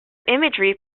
imagery